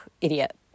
idiot